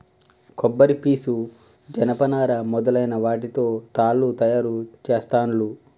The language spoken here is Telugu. కొబ్బరి పీసు జనప నారా మొదలైన వాటితో తాళ్లు తయారు చేస్తాండ్లు